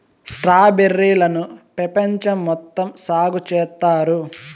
strawberry లను పెపంచం మొత్తం సాగు చేత్తారు